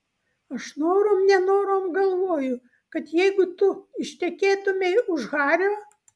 aš norom nenorom galvoju kad jeigu tu ištekėtumei už hario